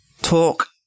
talk